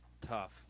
Tough